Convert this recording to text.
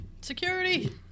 Security